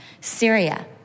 Syria